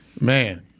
man